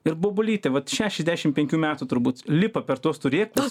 ir bobulytė vat šešiasdešim penkių metų turbūt lipa per tuos turėklus